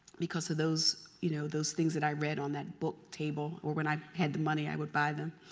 because of those you know those things that i read on that book table or when i had the money, i would buy them.